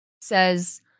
says